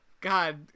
God